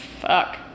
Fuck